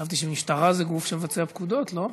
חשבתי שמשטרה זה גוף שמבצע פקודות, לא?